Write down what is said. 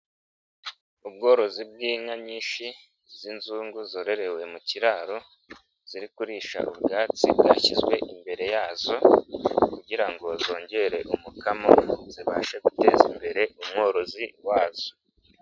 Ubworozi bw'inka nyinshi z'inzungu zorowe mu kiraro ziri kurisha ubwatsi bwashyizwe imbere yazo kugira ngo zongere umukamo zibashe guteza imbere umworozi wazo.